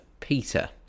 Peter